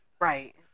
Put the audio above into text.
Right